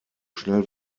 schnell